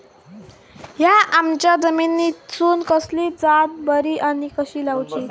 हया आम्याच्या जातीनिसून कसली जात बरी आनी कशी लाऊची?